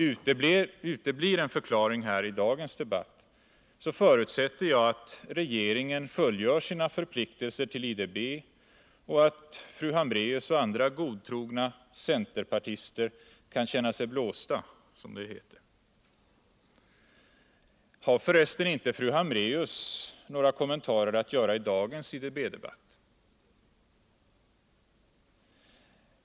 Uteblir en förklaring här i dagens debatt, förutsätter jag att regeringen fullgör sina förpliktelser till IDB och att fru Hambraeus och andra godtrogna centerpartister kan känna sig blåsta, som det heter. Har för resten inte fru Hambraeus någon kommentar att göra i dagens IDB-debatt?